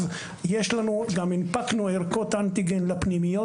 גם הנפקנו ערכות אנטיגן לפנימיות.